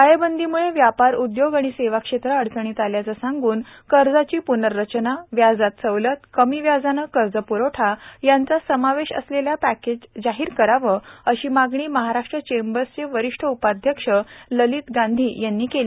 टाळेबंदीम्ळे व्यापार उद्योग आणि सेवा क्षेत्र अडचणीत आल्याचं सांगून कर्जाची प्नर्रचना व्याजात सवलत कमी व्याजाने कर्जप्रवठा यांचा समावेश असलेल्या पॅकेज जाहीर करावं अशी मागणी महाराष्ट्र चेंबरचे वरिष्ठ उपाध्यक्ष ललित गांधी यांनी यावेळी केली